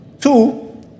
Two